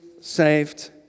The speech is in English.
saved